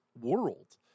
world